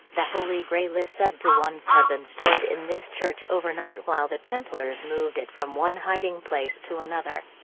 the holy grail is said to once have been stored in this church overnight while the templars moved it from one hiding place to another.